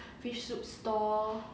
the fish fish soup stall